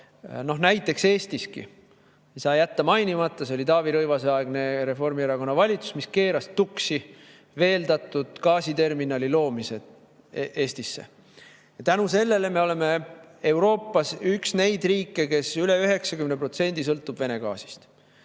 näiteks Eestis ... Ei saa jätta mainimata, see oli Taavi Rõivase aegne Reformierakonna valitsus, mis keeras tuksi veeldatud gaasi terminali loomise Eestisse. Ja selle tõttu me oleme Euroopas üks neid riike, kes üle 90% sõltub Vene gaasist.